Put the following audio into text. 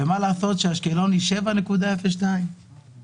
מה לעשות שאשקלון היא במרחק 7.2 קילומטרים